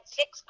six